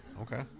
Okay